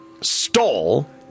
stole